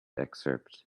excerpt